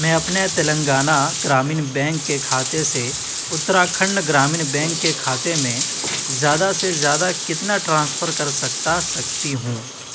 میں اپنے تلنگانہ گرامین بینک کےکھاتے سے اتراکھنڈ گرامین بینک کے کھاتے میں زیادہ سے زیادہ کتنا ٹرانسفر کرسکتا سکتی ہوں